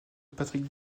patrick